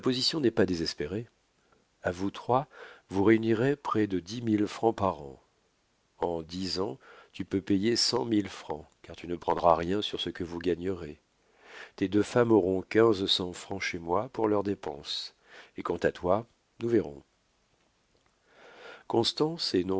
n'est pas désespérée a vous trois vous réunirez près de dix mille francs par an en dix ans tu peux payer cent mille francs car tu ne prendras rien sur ce que vous gagnerez tes deux femmes auront quinze cents francs chez moi pour leurs dépenses et quant à toi nous verrons constance et